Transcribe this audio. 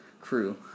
crew